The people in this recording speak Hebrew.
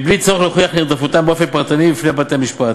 מבלי צורך להוכיח נרדפותם באופן פרטני בפני בתי-משפט.